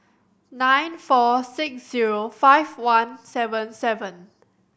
nine four six zero five one seven seven